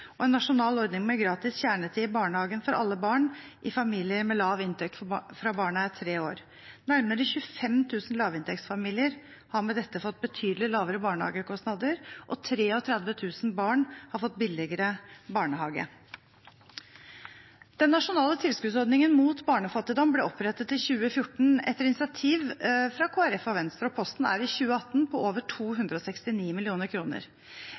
og en nasjonal ordning med gratis kjernetid i barnehagen for alle barn i familier med lav inntekt fra barna er tre år. Nærmere 25 000 lavinntektsfamilier har med dette fått betydelig lavere barnehagekostnader, og 33 000 barn har fått billigere barnehage. Den nasjonale tilskuddsordningen mot barnefattigdom ble opprettet i 2014, etter initiativ fra Kristelig Folkeparti og Venstre, og posten er i 2018 på over